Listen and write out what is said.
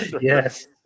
Yes